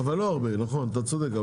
נכון, אתה צודק.